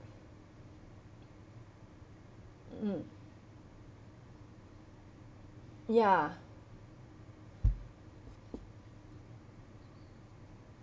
mm ya